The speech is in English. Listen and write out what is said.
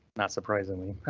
not surprisingly,